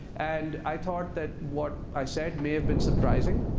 and i thought that what i said may have been surprising,